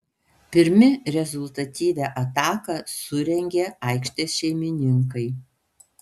pirmi rezultatyvią ataką surengė aikštės šeimininkai